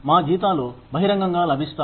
మా జీతాలు బహిరంగంగా లభిస్తాయి